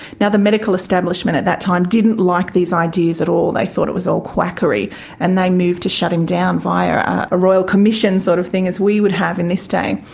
now the medical establishment at that time didn't like these ideas at all, they thought it was all quackery and they moved to shut him down via a royal commission sort of thing as we would have in this day.